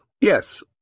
Yes